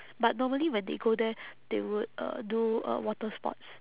but normally when they go there they would uh do uh water sports